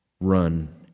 run